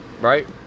right